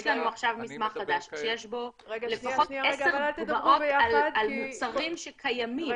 יש לנו עכשיו מסמך חדש שיש בו לפחות עשר דוגמאות על מוצרים שקיימים,